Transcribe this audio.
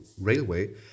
railway